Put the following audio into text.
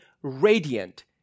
Radiant